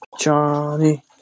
Johnny